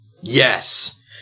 yes